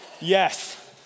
Yes